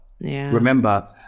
Remember